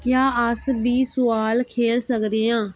क्या अस बी सुआल खेल सकदे आं